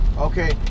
okay